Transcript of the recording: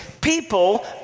People